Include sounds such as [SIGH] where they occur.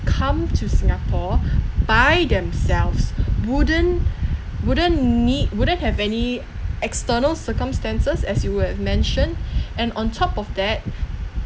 come to singapore by themselves wouldn't wouldn't need wouldn't have any external circumstances as you would have mentioned [BREATH] and on top of that